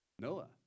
Noah